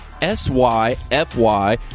S-Y-F-Y